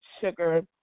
sugar